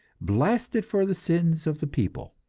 blasted for the sins of the people.